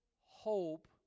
hope